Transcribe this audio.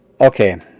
okay